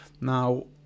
Now